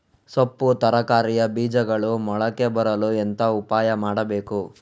ಸೊಪ್ಪು ತರಕಾರಿಯ ಬೀಜಗಳು ಮೊಳಕೆ ಬರಲು ಎಂತ ಉಪಾಯ ಮಾಡಬೇಕು?